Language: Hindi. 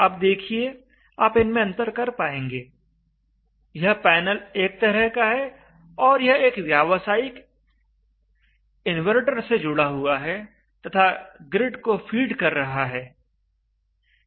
आप देखिए आप इनमें अंतर कर पाएंगे यह पैनल एक तरह का है और यह एक व्यावसायिक इनवर्टर से जुड़ा हुआ है तथा ग्रिड को फीड कर रहा है